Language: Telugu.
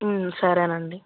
సరేనండి